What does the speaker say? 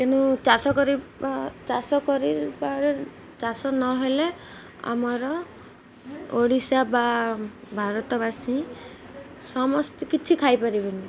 ତେଣୁ ଚାଷ କରିବା ଚାଷ କରିବା ଚାଷ ନହେଲେ ଆମର ଓଡ଼ିଶା ବା ଭାରତବାସୀ ସମସ୍ତେ କିଛି ଖାଇପାରିବେନି